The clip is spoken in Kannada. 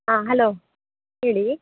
ಹಾಂ ಹಲೋ ಹೇಳಿ